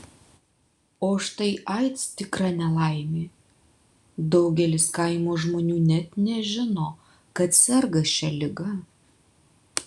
o štai aids tikra nelaimė daugelis kaimo žmonių net nežino kad serga šia liga